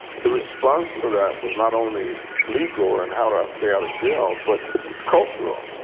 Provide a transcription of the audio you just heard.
the response to that was not only legal and how to stay out of jail, but cultural.